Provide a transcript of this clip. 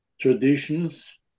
traditions